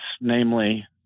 namely